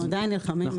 הם עדיין נלחמים.